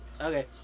Okay